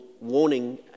warning